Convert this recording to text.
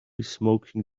smoking